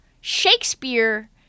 Shakespeare